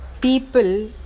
people